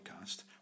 podcast